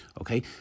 Okay